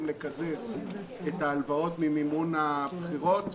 לקזז את ההלוואות ממימון הבחירות,